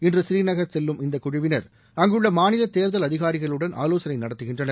இன்று ஸ்ரீநகர் செல்லும் இந்த குழுவினர் அங்குள்ள மாநில தேர்தல் அதிகாரிகளுடன் ஆவோசனை நடத்துகின்றனர்